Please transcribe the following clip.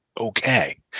okay